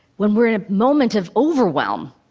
when we're in a moment of overwhelm.